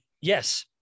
yes